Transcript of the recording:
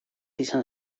izan